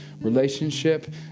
relationship